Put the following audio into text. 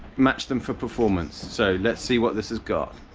match them for performance, so let's see what this has got.